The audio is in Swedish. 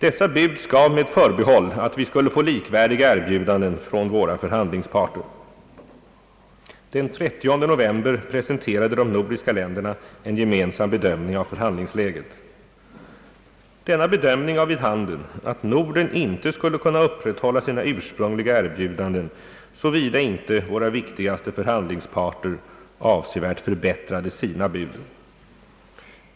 Dessa bud gavs med förbehåll för att vi skulle få likvärdiga erbjudanden från våra förhandlingsparter. Den 30 november presenterade de nordiska länderna en gemensam bedömning av förhandlingsläget. Denna bedömning gav vid handen att Norden inte skulle kunna upprätthålla sina ursprungliga erbjudanden såvida inte våra viktigaste förhandlingsparter avsevärt förbättrade sina bud.